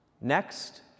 Next